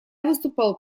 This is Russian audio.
выступал